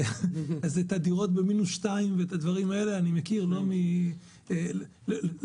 את הדירות בקומה מינוס 2 ואת הדברים האלה אני מכיר לא מן התיאוריה.